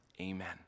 Amen